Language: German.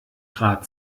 grad